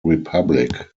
republic